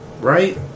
Right